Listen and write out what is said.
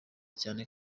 cyane